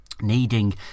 needing